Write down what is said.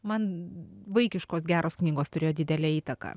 man vaikiškos geros knygos turėjo didelę įtaką